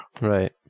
Right